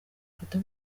foto